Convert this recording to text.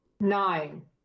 Nine